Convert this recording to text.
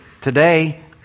Today